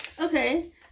Okay